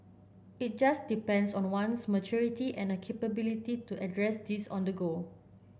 it just depends on one's maturity and capability to address these on the go